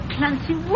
Clancy